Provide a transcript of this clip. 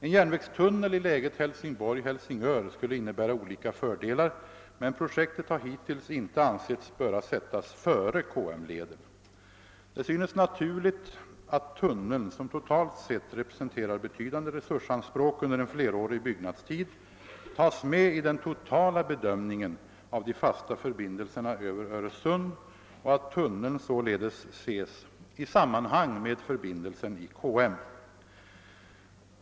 En järnvägstunnel i läget Hälsingborg— Helsingör skulle innebära olika fördelar, men projektet har hittills inte ansetts böra sättas före KM-leden. Det synes naturligt att tunneln, som totalt sett representerar betydande resursanspråk under en flerårig byggnadstid, tas med i den totala bedömningen av de fasta förbindelserna över Öresund och att tunneln således ses i sammanhang med förbindelsen i KM.